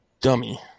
Dummy